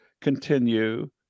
continue